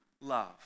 love